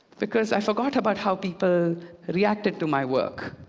because i forgot about how people reacted to my work.